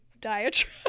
diatribe